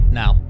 now